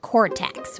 Cortex